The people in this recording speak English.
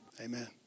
Amen